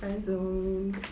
friend zone